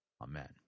Amen